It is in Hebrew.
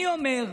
אני אומר: